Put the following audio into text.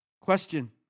Question